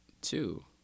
two